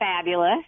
fabulous